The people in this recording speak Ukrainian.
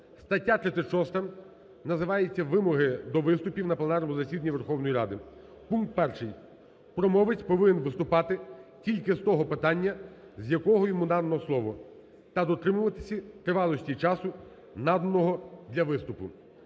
стаття 36, називається: вимоги до виступів на пленарному засіданні Верховної Ради. Пункт перший, промовець повинен виступати тільки з того питання, з якого йому надане слово та дотримуватися тривалості часу, наданого для виступу.